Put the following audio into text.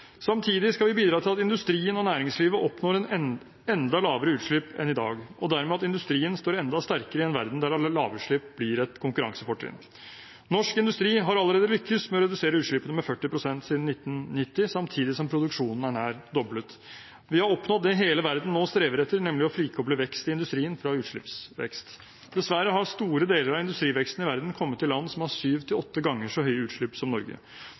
Samtidig skal vi bidra til at industrien og næringslivet oppnår enda lavere utslipp enn i dag, og dermed at industrien står enda sterkere i en verden der alle lavutslipp blir et konkurransefortrinn. Norsk industri har allerede lyktes med å redusere utslippene med 40 pst. siden 1990, samtidig som produksjonen er nær doblet. Vi har oppnådd det hele verden nå strever etter, nemlig å frikoble vekst i industrien fra utslippsvekst. Dessverre har store deler av industriveksten i verden kommet i land som har syv–åtte ganger så høye utslipp som Norge.